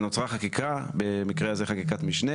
נוצרה חקיקה במקרה הזה חקיקת משנה